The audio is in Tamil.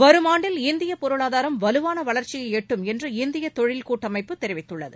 வரும் ஆண்டில் இந்திய பொருளாதாரம் வலுவான வளர்ச்சியை எட்டும் என்று இந்திய தொழில் கூட்டமைப்பு தெரிவித்துள்ளது